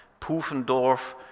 Pufendorf